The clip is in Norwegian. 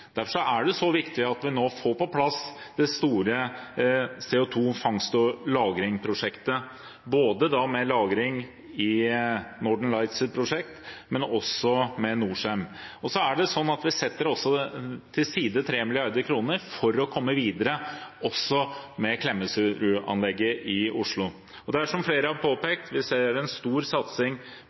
Derfor er det så viktig at vi nå får på plass det store prosjektet for fangst og lagring av CO 2 , både med lagring i Northern Lights prosjekt og med Norcem. Vi setter til side 3 mrd. kr for å komme videre med Klemetsrud-anlegget i Oslo. Det er slik som flere har påpekt, at vi ser en stor satsing